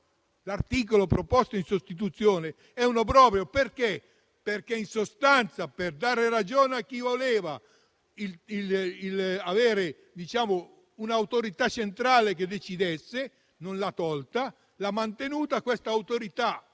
L'articolo proposto in sostituzione è un obbrobrio, perché, in sostanza, per dare ragione a chi voleva un'autorità centrale che decidesse, ha mantenuto una autorità,